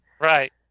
Right